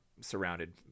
surrounded